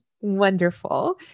Wonderful